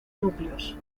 núcleos